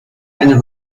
eine